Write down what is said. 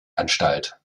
anstalt